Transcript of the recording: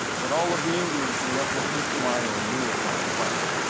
but all of the indians in the upper putumayo knew of my quest.